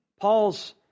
Paul's